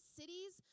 cities